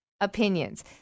opinions